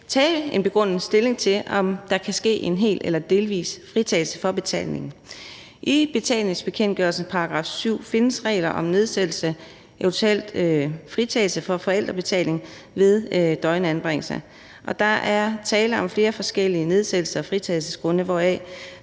tage en begrundet stilling til, om der kan ske en hel eller delvis fritagelse for betaling. I betalingsbekendtgørelsens § 7 findes regler om nedsættelse af og eventuelt fritagelse for forældrebetaling ved døgnanbringelser. Og der er tale om flere forskellige nedsættelses- og fritagelsesgrunde, hvoraf